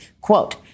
Quote